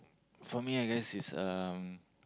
for me I guess is um